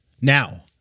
Now